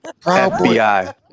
fbi